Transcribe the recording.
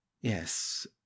Yes